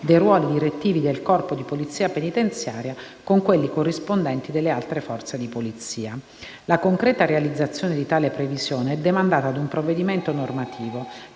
dei ruoli direttivi del Corpo di polizia penitenziaria con quelli corrispondenti delle altre forze di polizia. La concreta realizzazione di tale previsione è demandata ad un provvedimento normativo,